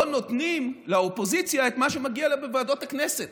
לא נותנים לאופוזיציה את מה שמגיע לה בוועדות הכנסת